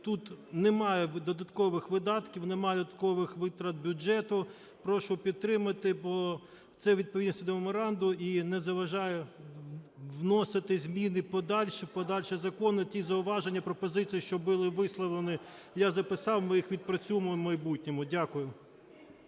тут немає додаткових видатків, немає додаткових витрат бюджету. Прошу підтримати, бо це у відповідності до меморандуму і не заважає вносити зміни подальші в подальші закони. Ті зауваження і пропозиції, що були висловлені, я записав, ми їх відпрацюємо в майбутньому. Дякую.